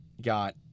got